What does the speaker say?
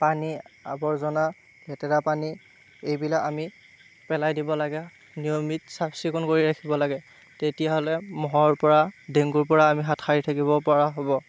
পানীৰ আৱৰ্জনা লেতেৰা পানী এইবিলাক আমি পেলাই দিব লাগে নিয়মিত চাফ চিকুণ কৰি ৰাখিব লাগে তেতিয়া হ'লে মহৰ পৰা ডেংগোৰ পৰা আমি হাত সাৰি থাকিব পৰা হ'ব